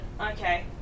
Okay